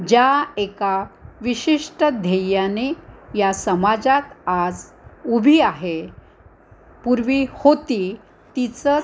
ज्या एका विशिष्ट ध्येयाने या समाजात आज उभी आहे पूर्वी होती तिचंच